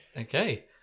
Okay